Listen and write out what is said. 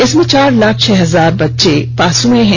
इसमें चार लाख छह हजार बच्चे पास हुए हैं